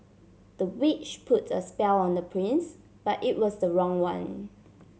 the witch put a spell on the prince but it was the wrong one